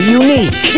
unique